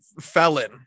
felon